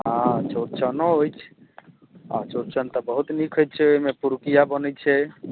आ चौड़चन होइ छै चौड़चन तऽ बहुत नीक होइ छै ओहिमे पिरुकिया बनै छै